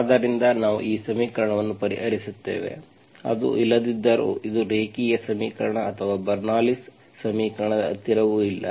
ಆದ್ದರಿಂದ ನಾವು ಈ ಸಮೀಕರಣವನ್ನು ಪರಿಹರಿಸುತ್ತೇವೆ ಅದು ಇಲ್ಲದಿದ್ದರೂ ಇದು ರೇಖೀಯ ಸಮೀಕರಣ ಅಥವಾ ಬರ್ನೌಲ್ಲಿಸ್bernoullis ಸಮೀಕರಣದ ಹತ್ತಿರವೂ ಇಲ್ಲ